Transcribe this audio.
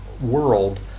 world